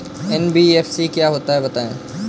NBFC क्या होता है बताएँ?